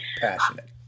Passionate